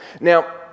Now